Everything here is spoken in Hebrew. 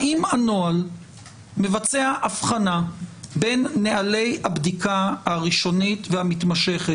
האם הנוהל מבצע הבחנה בין נהלי הבדיקה הראשונית והמתמשכת